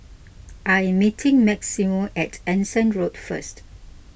I am meeting Maximo at Anson Road first